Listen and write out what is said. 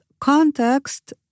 context